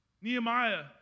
Nehemiah